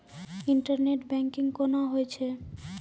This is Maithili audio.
इंटरनेट बैंकिंग कोना होय छै?